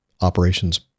operations